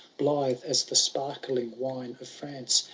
blithe as the sparkling wine of france,